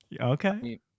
Okay